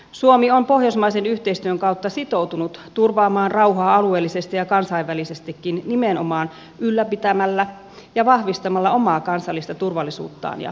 suomi on pohjoismaisen yhteistyön kautta sitoutunut turvaamaan rauhaa alueellisesti ja kansainvälisestikin nimenomaan ylläpitämällä ja vahvistamalla omaa kansallista turvallisuuttaan ja puolustustaan